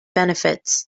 benefits